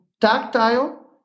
tactile